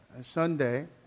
Sunday